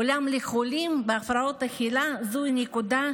אולם לחולים בהפרעות אכילה זוהי נקודת